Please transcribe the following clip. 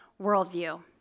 Worldview